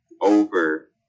over